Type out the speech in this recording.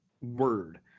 word